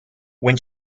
when